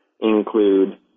include